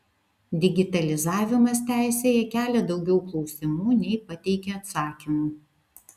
digitalizavimas teisėje kelia daugiau klausimų nei pateikia atsakymų